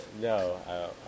No